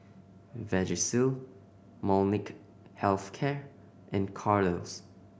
Vagisil Molnylcke Health Care and Kordel's